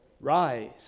rise